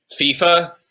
FIFA